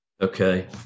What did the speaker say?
Okay